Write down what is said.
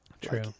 True